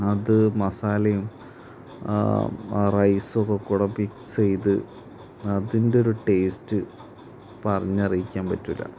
അത് മസാലയും റൈസൊക്കെ കൂടി മിക്സ് ചെയ്ത് അതിൻ്റെ ഒരു ടേസ്റ്റ് പറഞ്ഞറിയിക്കാൻ പറ്റില്ല